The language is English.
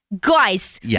guys